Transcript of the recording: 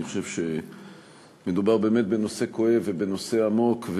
אני חושב שמדובר באמת בנושא כואב ובנושא עמוק,